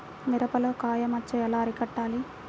మిరపలో కాయ మచ్చ ఎలా అరికట్టాలి?